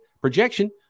projection